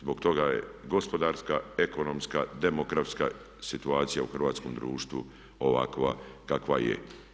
Zbog toga je gospodarska, ekonomska, demografska situacija u hrvatskom društvu ovakva kakva je.